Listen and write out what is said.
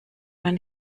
man